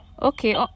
Okay